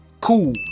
cool